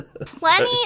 plenty